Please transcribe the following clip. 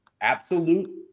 absolute